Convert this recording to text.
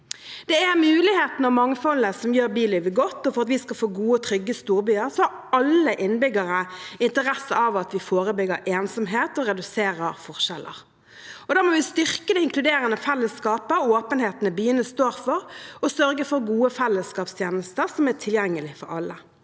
Det er mulighetene og mangfoldet som gjør bylivet godt. For at vi skal få gode og trygge storbyer, har alle innbyggere interesse av at vi forebygger ensomhet og reduserer forskjeller. Da må vi styrke det inkluderende fellesskapet og åpenheten byene står for, og sørge for gode fellesskapstjenester som er tilgjengelige for alle.